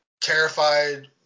terrified